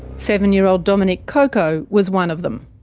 seven-year-old dominic coco was one of them.